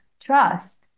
trust